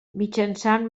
mitjançant